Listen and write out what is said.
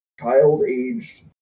child-aged